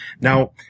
Now